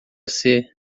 ser